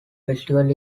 festival